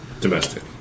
Domestic